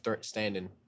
standing